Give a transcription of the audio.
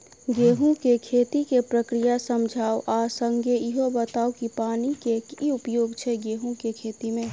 गेंहूँ केँ खेती केँ प्रक्रिया समझाउ आ संगे ईहो बताउ की पानि केँ की उपयोग छै गेंहूँ केँ खेती में?